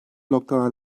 noktalar